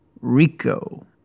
Rico